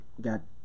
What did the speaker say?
got